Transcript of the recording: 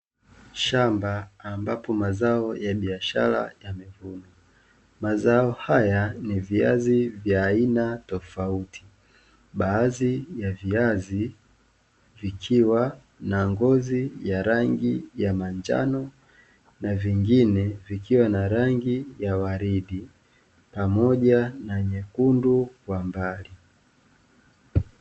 shamba ambapo mazao ya biashara yamevunwa. Mazao haya ni viazi vya aina tofauti. Baadhi ya viazi vikiwa na ngozi ya rangi ya manjano, na vingine vikiwa na rangi ya waridi, pamoja na nyekundu kwa mbali."